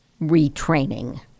retraining